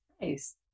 Nice